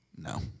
No